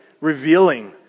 revealing